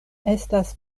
estas